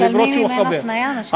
משלמים אם אין הפניה, משלמים.